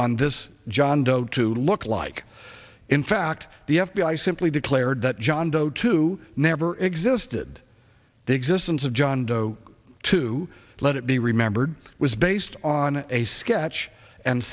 on this john doe to look like in fact the f b i simply declared that john doe two never existed the existence of john doe to let it be remembered was based on a sketch and